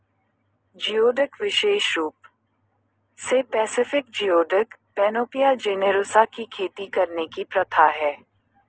geoduck विशेष रूप से पैसिफिक जियोडक, पैनोपिया जेनेरोसा की खेती करने की प्रथा है